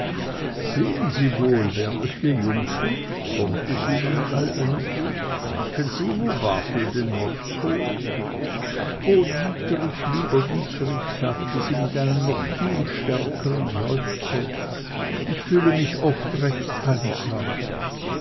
sehen sie wohl werteste jungfer kommt es ihnen allendlich merken sie wo barthel den most holt o dietrich lieber dietrich sagte sie mit einem noch viel stärkern seufzer ich fühle mich oft recht einsam